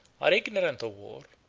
are ignorant of war,